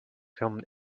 filmed